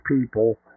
people